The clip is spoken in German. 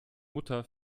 mutter